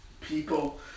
people